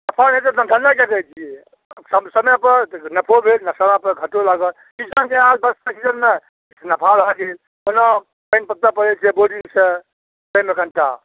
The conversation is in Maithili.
समयपर नफो भेल समयपर घटो लागल किछु नफा भऽ गेल ओना पानि पटबै पड़ै छै बोरिङ्गसँ ताहिमे कनिटा